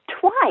twice